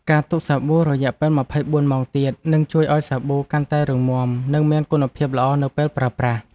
ការទុកសាប៊ូ រយៈពេល ២៤ ម៉ោងទៀត នឹងជួយឱ្យសាប៊ូកាន់តែរឹងមាំ និងមានគុណភាពល្អនៅពេលប្រើប្រាស់។